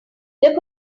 look